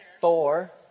four